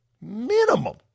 Minimum